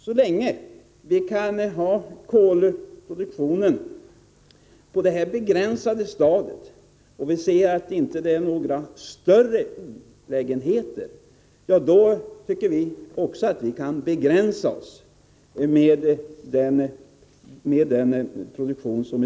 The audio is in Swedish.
Så länge vi kan ha den begränsade produktion som finns i dag och vi ser att det inte är några större olägenheter, tycker vi att vi kan behålla den produktionen.